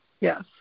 Yes